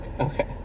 Okay